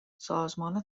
سازمان